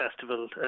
festival